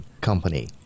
company